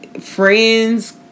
friends